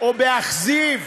או באכזיב